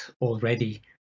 already